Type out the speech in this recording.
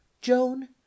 joan